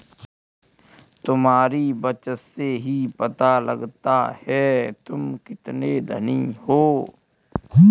तुम्हारी बचत से ही पता लगता है तुम कितने धनी हो